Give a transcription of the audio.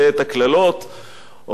או איך היו עושים אצלנו בגדוד?